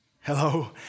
Hello